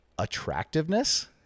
Attractiveness